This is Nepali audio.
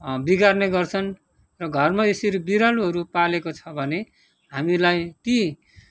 बिगार्ने गर्छन् र घरमा यसरी बिरालोहरू पालेको छ भने हामीलाई ती